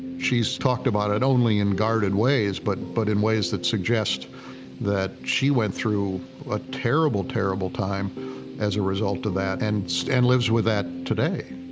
she's talked about it only in guarded ways, but but in ways that suggest that she went through a terrible, terrible time as a result of that, and and lives with that today.